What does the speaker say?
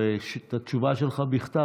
את התשובה שלך בכתב.